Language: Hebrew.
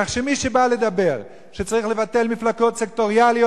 כך שמי שבא לומר שצריך לבטל מפלגות סקטוריאליות,